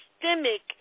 systemic